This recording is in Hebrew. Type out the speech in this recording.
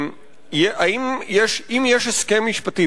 אם יש הסכם משפטי,